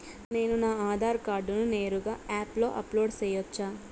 నేను నా ఆధార్ కార్డును నేరుగా యాప్ లో అప్లోడ్ సేయొచ్చా?